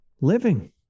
living